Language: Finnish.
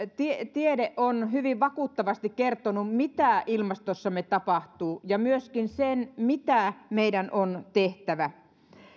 tiede on hyvin vakuuttavasti kertonut mitä ilmastossamme tapahtuu ja myöskin sen mitä meidän on tehtävä